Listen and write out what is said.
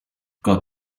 got